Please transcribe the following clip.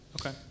okay